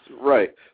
Right